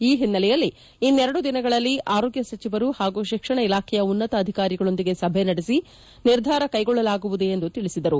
ಈ ಹಿನ್ನೆಲೆಯಲ್ಲಿ ಇನ್ನೆರಡು ದಿನಗಳಲ್ಲಿ ಆರೋಗ್ಯ ಸಚಿವರು ಹಾಗೂ ಶಿಕ್ಷಣ ಇಲಾಖೆಯ ಉನ್ನತ ಅಧಿಕಾರಿಗಳೊಂದಿಗೆ ಸಭೆ ನಡೆಸಿ ನಿರ್ಧಾರ ಕೈಗೊಳ್ಳಲಾಗುವುದು ಎಂದು ತಿಳಿಸಿದರು